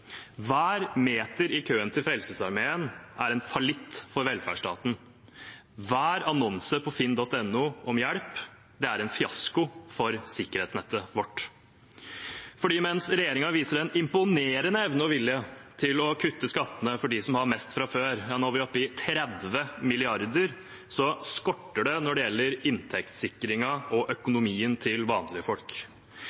Hver meter i køen til Frelsesarmeen er en fallitt for velferdsstaten. Hver annonse på finn.no om hjelp er en fiasko for sikkerhetsnettet vårt. For mens regjeringen viser en imponerende evne og vilje til å kutte skattene for dem som har mest fra før – nå er vi oppe i 30 mrd. kr – skorter det når det gjelder inntektssikringen og